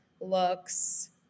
looks